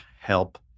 help